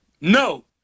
No